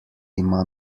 ima